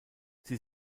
sie